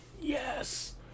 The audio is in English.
Yes